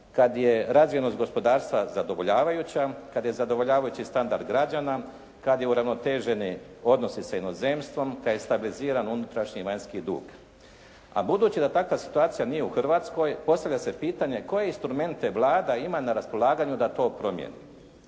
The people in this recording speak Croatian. kad je razvijenost gospodarstva zadovoljavajuća, kad je zadovoljavajući standard građana, kad je uravnoteženi odnosi sa inozemstvom, kad je stabiliziran unutrašnji i vanjski dug. A budući da takva situacija nije u Hrvatskoj postavlja se pitanje koje instrumente Vlada ima na raspolaganju da to promijeni?